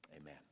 Amen